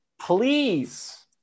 please